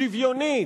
שוויונית,